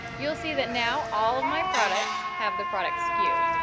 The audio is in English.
you'll see that now all of my products have the product sku.